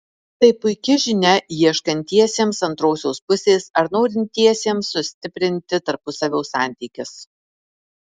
tai puiki žinia ieškantiesiems antrosios pusės ar norintiesiems sustiprinti tarpusavio santykius